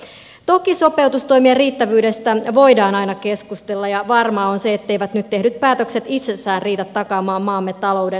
toki sopeutustoimien riittävyydestä voidaan aina keskustella ja varmaa on se etteivät nyt tehdyt päätökset itsessään riitä takaamaan maamme talouden tasapainoa